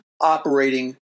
operating